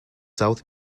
south